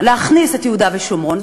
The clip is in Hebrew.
להכניס את יהודה ושומרון.